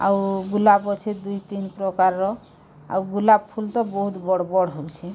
ଆଉ ଗୁଲାପ୍ ଅଛେ ଦୁଇ ତିନ୍ ପ୍ରକାର୍ ର ଆଉ ଗୁଲାପ୍ ଫୁଲ୍ ତ ବହୁତ୍ ବଡ଼ ବଡ଼ ହଉଛେ